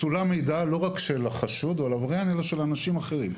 צולם מידע לא רק של החשוד או העבריין אלא אנשים אחרים.